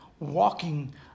walking